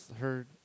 heard